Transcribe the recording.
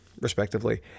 respectively